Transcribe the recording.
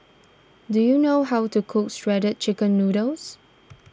do you know how to cook Shredded Chicken Noodles